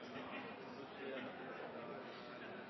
altså